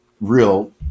real